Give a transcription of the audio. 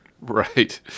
Right